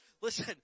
Listen